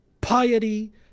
piety